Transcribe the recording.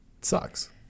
sucks